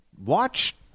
Watch